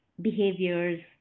behaviors